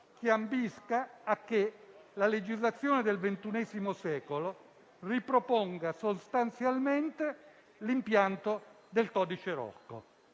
chi ambisce a che la legislazione del XXI secolo riproponga sostanzialmente l'impianto del codice Rocco.